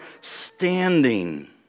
standing